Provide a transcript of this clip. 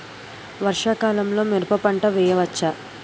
వర్షాకాలంలో మిరప పంట వేయవచ్చా?